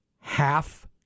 half